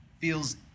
feels